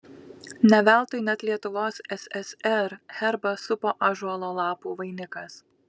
ne veltui net lietuvos ssr herbą supo ąžuolo lapų vainikas